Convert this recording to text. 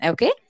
Okay